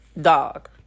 Dog